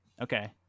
Okay